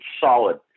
solid